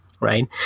Right